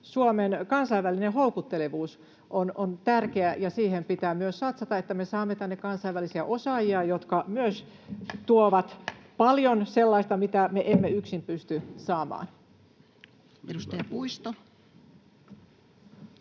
Suomen kansainvälinen houkuttelevuus on tärkeää ja siihen pitää myös satsata, että me saamme tänne kansainvälisiä osaajia, jotka myös tuovat paljon sellaista, mitä me emme yksin pysty saamaan.